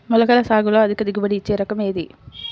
మొలకల సాగులో అధిక దిగుబడి ఇచ్చే రకం ఏది?